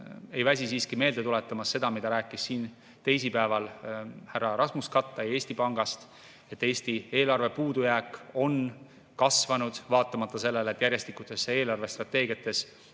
ei väsi ma siiski meelde tuletamast seda, mida rääkis siin teisipäeval härra Rasmus Kattai Eesti Pangast, et eelarve puudujääk on Eestis kasvanud. Vaatamata sellele, et järjestikustes eelarvestrateegiates